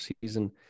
season